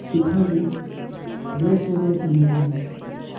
सीखा भी ड्रेस वगैरह तो नहीं बनाई